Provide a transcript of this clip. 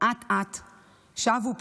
החיים שבו,